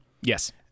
Yes